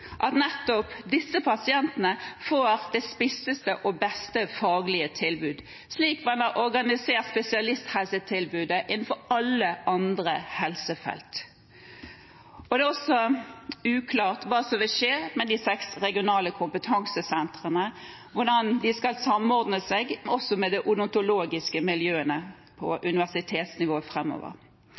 at nettopp disse pasientene får det spisseste og beste faglige tilbudet, slik man har organisert spesialisthelsetilbudet innenfor alle andre helsefelt. Det er også uklart hva som vil skje med de seks regionale kompetansesentrene – hvordan de skal samordne seg også med de odontologiske miljøene på universitetsnivå